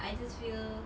I just feel